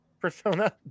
persona